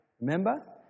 Remember